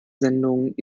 sendung